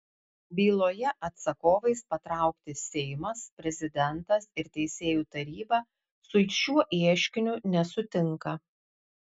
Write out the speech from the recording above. byloje atsakovais patraukti seimas prezidentas ir teisėjų taryba su šiuo ieškiniu nesutinka